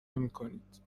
نمیکنید